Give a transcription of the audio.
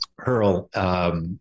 Hurl